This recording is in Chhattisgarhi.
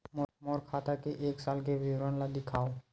मोर खाता के एक साल के विवरण ल दिखाव?